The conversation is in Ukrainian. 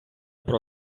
про